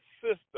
system